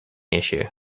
issue